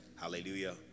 hallelujah